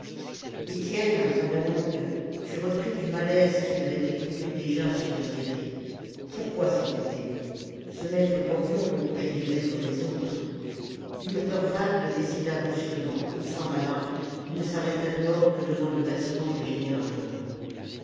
étienne à la longue fut repris du malaise qu'il avait éprouvé déjà sur le terri pourquoi s'entêter ce maître porion le congédierait comme les autres une peur vague le décida brusquement il s'en alla il ne s'arrêta dehors que devant le bâtiment des générateurs